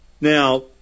Now